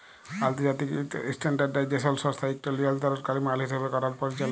আলতর্জাতিক ইসট্যানডারডাইজেসল সংস্থা ইকট লিয়লতরলকারি মাল হিসাব ক্যরার পরিচালক